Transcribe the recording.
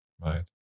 Right